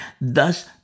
thus